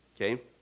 Okay